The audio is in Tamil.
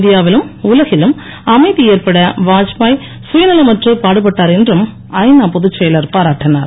இந்தியாவிலும் உலகிலும் அமைதி ஏற்பட வாத்பாய் சுயநலமற்று பாடுபட்டார் என்றும் ஐநா பொதுச் செயலர் பாராட்டினார்